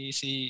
si